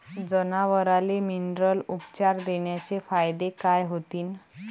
जनावराले मिनरल उपचार देण्याचे फायदे काय होतीन?